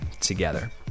together